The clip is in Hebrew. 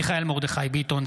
מיכאל מרדכי ביטון,